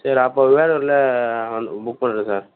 சரி அப்போது வேலூரில் புக் பண்ணுறேன் சார்